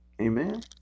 Amen